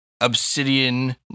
obsidian